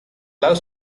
love